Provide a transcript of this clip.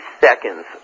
seconds